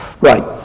Right